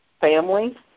family